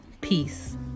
Peace